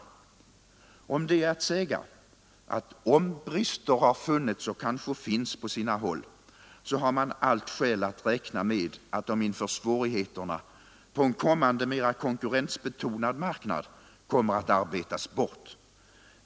Till det är att säga, att om brister har funnits och kanske finns på sina håll, så har man allt skäl att räkna med att de inför svårigheterna på en kommande mera konkurrensbetonad marknad kommer att arbetas bort.